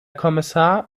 kommissar